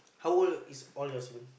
how old is all your sibling